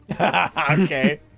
Okay